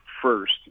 first